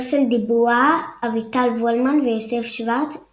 מרסל דיבואה, אביטל וולמן ויוסף שורץ;